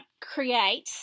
create